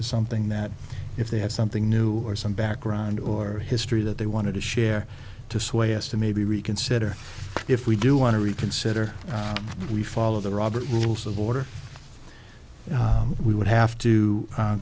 is something that if they have something new or some background or history that they want to share to sway us to maybe reconsider if we do want to reconsider and we follow the robert rules of order we would have to